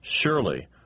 Surely